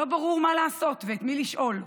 לא ברור מה לעשות ואת מי לשאול.